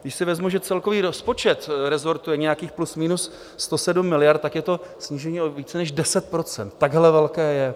Když si vezmu, že celkový rozpočet resortu je nějakých plus minus 107 miliard, tak je to snížení o více než 10 %, takhle velké je.